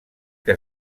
que